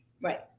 Right